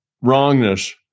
wrongness